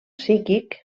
psíquic